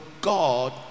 God